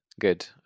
good